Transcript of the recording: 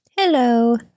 Hello